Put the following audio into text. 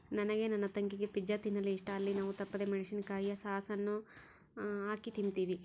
ನನಗೆ ನನ್ನ ತಂಗಿಗೆ ಪಿಜ್ಜಾ ತಿನ್ನಲು ಇಷ್ಟ, ಅಲ್ಲಿ ನಾವು ತಪ್ಪದೆ ಮೆಣಿಸಿನಕಾಯಿಯ ಸಾಸ್ ಅನ್ನು ಹಾಕಿ ತಿಂಬ್ತೀವಿ